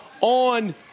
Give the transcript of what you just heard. on